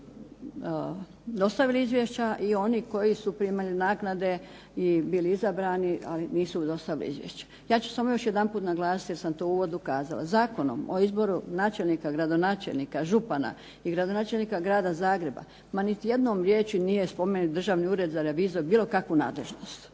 nisu dostavili izvješća i onih koji su primili naknade i bili izabrani, ali nisu dostavili izvješće. Ja ću samo još jedanput naglasiti jer sam to u uvodu kazala, Zakonom o izboru načelnika, gradonačelnika, župana i gradonačelnika grada Zagreba, ma niti jednom riječju nije spomenut Državni ured za reviziju bilo kakvu nadležnost.